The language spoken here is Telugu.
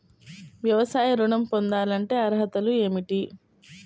వ్యవసాయ ఋణం పొందాలంటే అర్హతలు ఏమిటి?